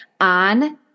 on